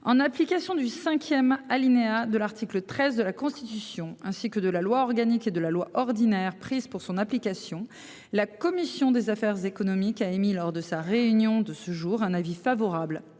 en application du 5e. Alinéa de l'article 13 de la Constitution ainsi que de la loi organique et de la loi ordinaire prises pour son application. La commission des affaires économiques a émis lors de sa réunion de ce jour un avis favorable.